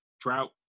Trout